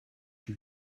you